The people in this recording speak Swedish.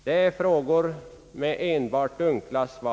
Detta är frågor med enbart dunkla svar.